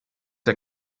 der